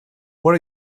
what